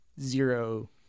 zero